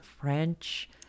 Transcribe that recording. French